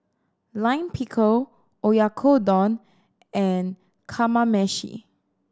Lime Pickle Oyakodon and Kamameshi